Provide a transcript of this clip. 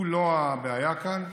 הוא לא הבעיה כאן.